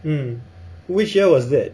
mm which year was that